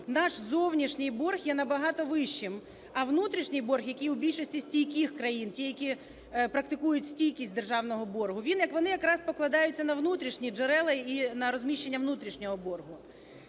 наш зовнішній борг є набагато вищим, а внутрішній борг, який у більшості стійких країн, ті, які практикують стійкість державного боргу, він, як вони, якраз покладається якраз на внутрішні джерела і на розміщення внутрішнього боргу.